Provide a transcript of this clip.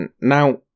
Now